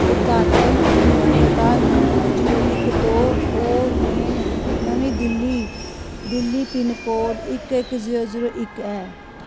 अद्यतन डलीवरी पता नौ जीरो इक दो ओ लेन नमीं दिल्ली दिल्ली पिनकोड इक इक जीरो जीरो इक ऐ